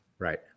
Right